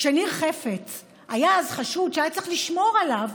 כשניר חפץ היה חשוד שהיה צריך לשמור עליו,